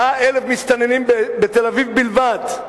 100,000 מסתננים בתל-אביב בלבד.